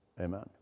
Amen